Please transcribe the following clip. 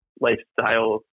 lifestyle